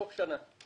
בתוך לפחות שנה.